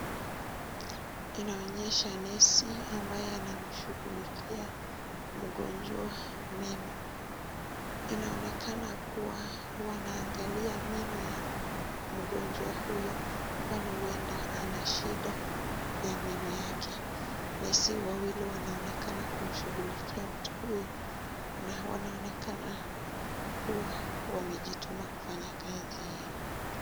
Inaonyesha nesi ambaye anamshughulikia mgonjwa meno. Inaonekana kuwa anaangalia meno ya mgonjwa huyu kwani huenda ana shida ya meno yake. Nesi wawili wanaonekana kumshughulikia mtu huyu na wanaonekana kuwa wamejituma kufanya kazi hiyo.